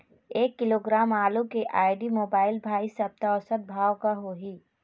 एक किलोग्राम आलू के आईडी, मोबाइल, भाई सप्ता औसत भाव का होही?